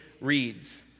reads